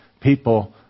people